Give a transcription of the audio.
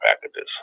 packages